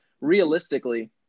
Realistically